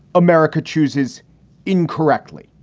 america chooses incorrectly.